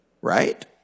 right